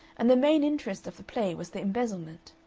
and the main interest of the play was the embezzlement.